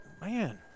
man